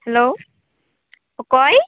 hello ᱚᱠᱚᱭ